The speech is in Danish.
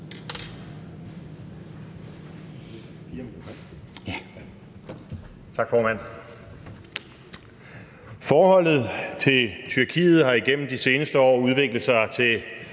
Tak, formand. Forholdet til Tyrkiet har igennem de seneste år har udviklet sig til